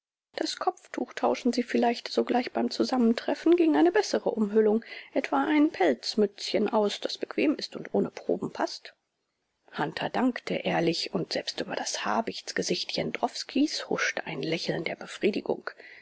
das kopftuch tauschen sie vielleicht sogleich beim zusammentreffen gegen eine bessere umhüllung etwa ein pelzmützchen aus das bequem ist und ohne proben paßt hunter dankte ehrlich und selbst über das habichtsgesicht jendrowskis huschte ein lächeln der befriedigung